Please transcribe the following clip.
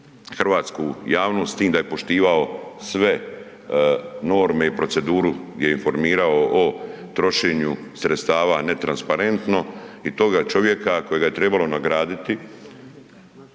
hrvatsku javnost s tim da je poštivao sve norme i proceduru gdje je informirao o trošenju sredstava netransparentno i toga čovjeka kojega je trebalo nagraditi